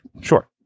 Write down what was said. Sure